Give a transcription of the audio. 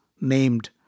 named